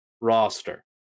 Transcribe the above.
roster